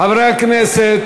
חברי הכנסת.